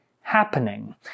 happening